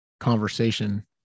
conversation